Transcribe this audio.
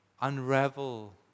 Unravel